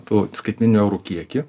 tų skaitmeninių eurų kiekį